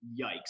Yikes